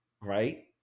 Right